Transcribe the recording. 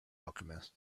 alchemist